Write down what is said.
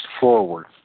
Forward